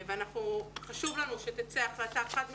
חשוב לנו שתצא החלטה חד משמעית.